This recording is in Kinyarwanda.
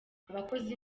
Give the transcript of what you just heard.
abakozi